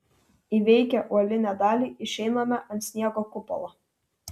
įveikę uolinę dalį išeiname ant sniego kupolo